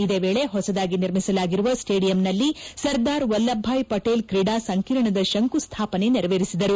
ಇದೇ ವೇಳೆ ಹೊಸದಾಗಿ ನಿರ್ಮಿಸಲಾಗಿರುವ ಸ್ವೇಡಿಯಂನಲ್ಲಿ ಸರ್ದಾರ್ ವಲ್ಲಭ್ ಭಾಯ್ ಪಟೇಲ್ ಕ್ರೀಡಾ ಸಂಕೀರ್ಣದ ಶಂಕುಸ್ಥಾಪನೆ ನೆರವೇರಿಸಿದರು